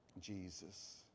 Jesus